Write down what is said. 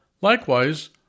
Likewise